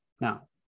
now